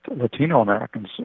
Latino-Americans